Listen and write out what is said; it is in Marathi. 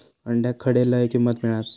अंड्याक खडे लय किंमत मिळात?